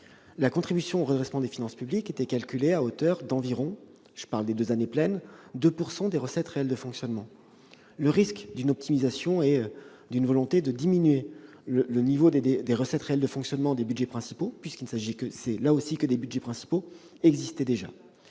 la contribution au redressement des finances publiques était calculée à hauteur d'environ 2 % des recettes réelles de fonctionnement- je parle des deux années pleines. Le risque d'une optimisation et d'une volonté de diminuer le niveau des recettes réelles de fonctionnement des budgets principaux, puisqu'il ne s'agissait là aussi que des budgets principaux, existait déjà.